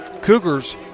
Cougars